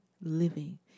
living